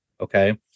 okay